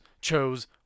chose